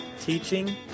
teaching